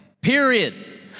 Period